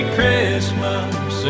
Christmas